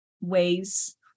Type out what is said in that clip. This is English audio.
ways